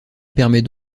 permet